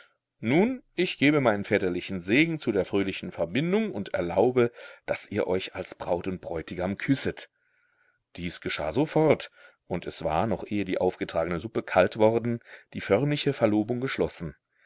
nun ich gebe meinen väterlichen segen zu der fröhlichen verbindung und erlaube daß ihr euch als braut und bräutigam küsset dies geschah sofort und es war noch ehe die aufgetragene suppe kalt worden die förmliche verlobung geschlossen